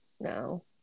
No